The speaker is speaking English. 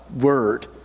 word